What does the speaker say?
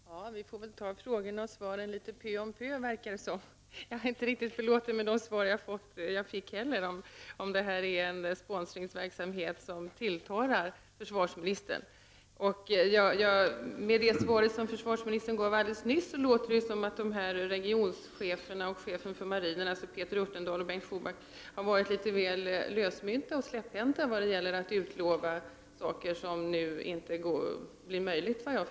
Herr talman! Vi får väl ta frågorna och svaren litet pö om pö. Jag är inte heller riktigt belåten med det svar jag fick om huruvida det här är en sponsringsverksamhet som tilltalar försvarsministern. I det svar som försvarsministern gav låter det som att den här regionchefen, Peter Örtendahl, och chefen för marinen, Bengt Schuback, har varit litet väl lösmynta och släpphänta när det gäller att utlova saker som, såvitt jag förstår, inte blir möjliga att klara.